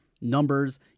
numbers